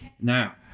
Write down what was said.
Now